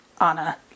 Anna